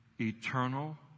eternal